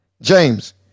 James